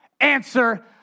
answer